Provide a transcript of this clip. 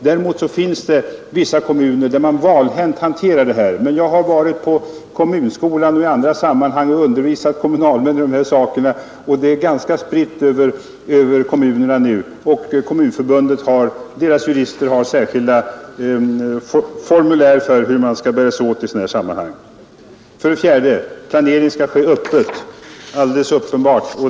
Däremot finns det vissa kommuner, där man valhänt hanterar dessa frågor. Men jag har både på kommunskolan och i andra sammanhang undervisat kommunalmännen om dessa frågor, och kunskapen är nu ganska spridd över kommunerna. Kommunförbundets jurister har särskilda formulär för hur man skall förfara i sådana här sammanhang. För det fjärde skall planeringen ske öppet. Ja, alldeles uppenbart.